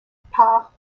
pas